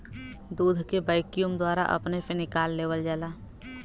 दूध के वैक्यूम द्वारा अपने से निकाल लेवल जाला